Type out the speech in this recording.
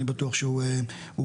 אני בטוח שהוא כזה.